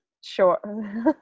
sure